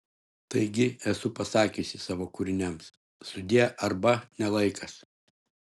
taigi esu pasakiusi savo kūriniams sudie arba ne laikas